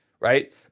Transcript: right